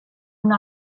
una